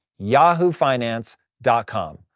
yahoofinance.com